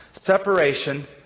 separation